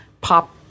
pop